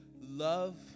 Love